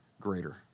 greater